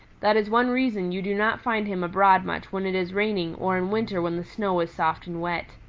that is one reason you do not find him abroad much when it is raining or in winter when the snow is soft and wet.